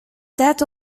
that